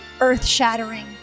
earth-shattering